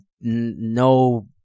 no